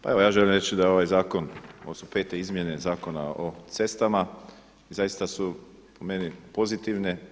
Pa evo ja želim reći da je ovaj zakon ovo su pete izmjene Zakona o cestama i zaista su po meni pozitivne.